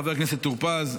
חבר הכנסת טור פז,